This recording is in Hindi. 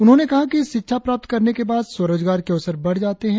उन्होंने कहा कि शिक्षा प्राप्त करने के बाद स्वरोजगार के अवसर बढ़ जाते है